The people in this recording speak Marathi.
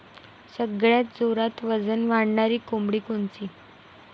सगळ्यात जोरात वजन वाढणारी कोंबडी कोनची?